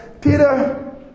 Peter